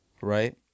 right